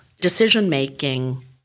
decision-making